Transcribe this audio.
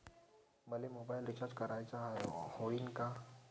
मले mobile recharge कराचा हाय, होईनं का?